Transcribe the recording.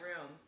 room